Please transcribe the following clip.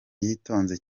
yitonze